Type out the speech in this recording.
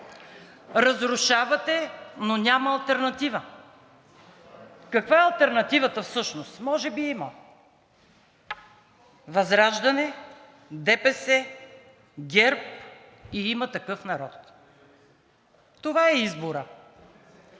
Разрушавате, но няма алтернатива. Каква е алтернативата всъщност? Може би има – ВЪЗРАЖДАНЕ, ДПС, ГЕРБ и „Има такъв народ“. Това е изборът.